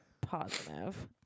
positive